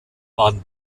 waren